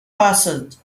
passed